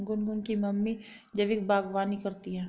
गुनगुन की मम्मी जैविक बागवानी करती है